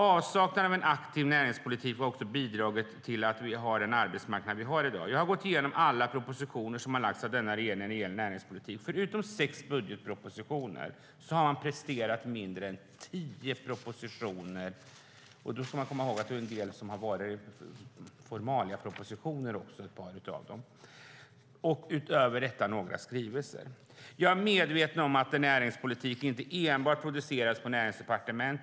Avsaknaden av en aktiv näringspolitik har också bidragit till att vi har den arbetsmarknad vi har i dag. Jag har gått igenom alla propositioner som har lagts fram av denna regering när det gäller näringspolitik. Förutom sex budgetpropositioner har man presterat mindre än tio propositioner. Då ska man komma ihåg att ett par av dem har varit formaliapropositioner. Utöver detta har det kommit några skrivelser. Jag är medveten om att näringspolitiken inte enbart produceras på Näringsdepartementet.